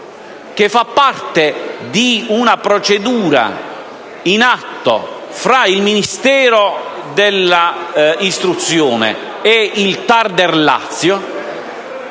che fa parte di una procedura in atto fra il Ministero dell’istruzione e il TAR del Lazio.